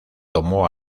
tomó